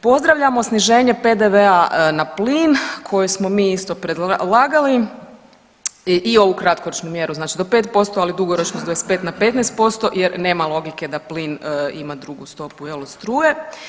Pozdravljamo sniženje PDV-a na plin koje smo mi isto predlagali i ovu kratkoročnu mjeru znači do 5%, ali i dugoročnu s 25 na 15% jer nema logike da plin ima drugu stopu jel od struje.